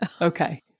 Okay